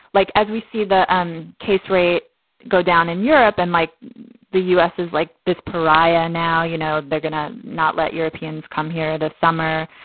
like as we see the um case rate go down in europe and like the u s. is like this pariah now, you know, they're going to not let europeans come here this summer,